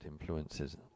influences